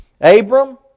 Abram